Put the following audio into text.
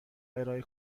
ارائه